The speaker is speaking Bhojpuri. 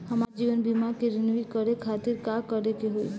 हमार जीवन बीमा के रिन्यू करे खातिर का करे के होई?